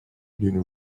d’une